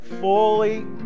fully